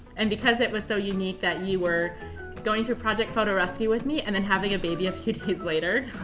and because it was so unique that you were going through project photo rescue with me and then having a baby a few days later,